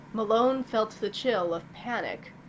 malone felt the chill of panic.